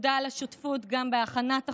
תודה על השותפות גם בהכנת החוק,